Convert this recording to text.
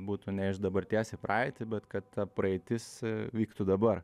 būtų ne iš dabarties į praeitį bet kad ta praeitis vyktų dabar